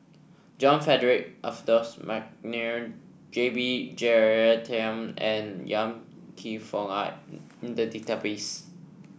John Frederick Adolphus McNair J B Jeyaretnam and Kam Kee Yong are in the database